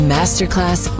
Masterclass